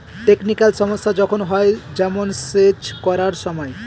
technical সমস্যা যখন হয়, যেমন সেচ করার সময়